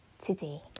today